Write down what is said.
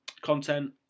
content